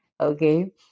Okay